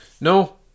No